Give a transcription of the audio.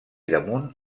damunt